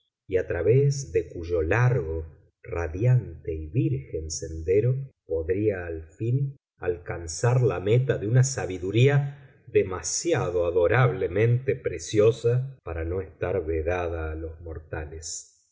y a través de cuyo largo radiante y virgen sendero podría al fin alcanzar la meta de una sabiduría demasiado adorablemente preciosa para no estar vedada a los mortales